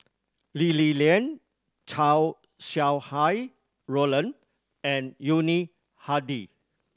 Lee Li Lian Chow Sau Hai Roland and Yuni Hadi